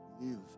live